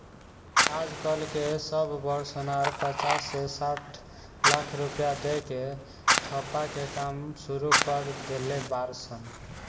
आज कल के सब बड़ सोनार पचास से साठ लाख रुपया दे के ठप्पा के काम सुरू कर देले बाड़ सन